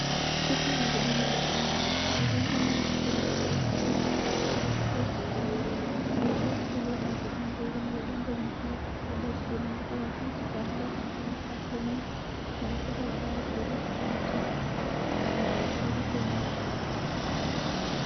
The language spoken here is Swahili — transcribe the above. Chupa ya vidonge ya dawa imeandikwa Original feosol ferrous sulfate iron na boksi iliyo na vidonge hivo na vidonge imechorwa katika boksi imeandikwa 120 tablets iron supplements na mchoro wa dawa zilizotolewa chini na zikawekwa chini imeandikwa original .